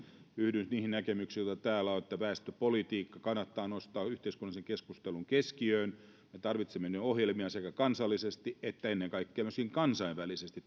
yhdyn niihin näkemyksiin joita täällä on että väestöpolitiikka kannattaa nostaa yhteiskunnallisen keskustelun keskiöön me tarvitsemme ohjelmia sekä kansallisesti että ennen kaikkea myöskin kansainvälisesti